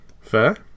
Fair